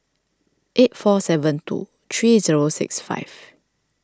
eight four seven two three zero six five